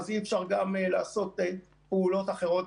אז אי-אפשר גם לעשות פעולות אחרות.